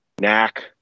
knack